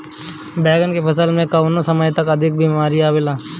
बैगन के फसल में कवने समय में अधिक बीमारी आवेला?